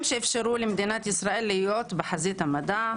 שאיפשרו למדינת ישראל להיות בחזית המדע,